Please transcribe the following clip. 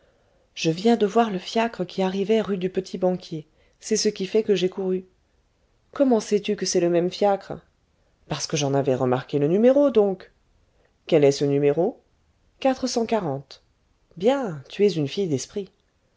je viens de voir le fiacre qui arrivait rue du petit-banquier c'est ce qui fait que j'ai couru comment sais-tu que c'est le même fiacre parce que j'en avais remarqué le numéro donc quel est ce numéro bien tu es une fille d'esprit